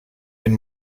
den